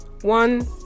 one